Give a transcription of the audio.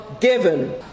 given